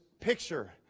picture